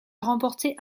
remporté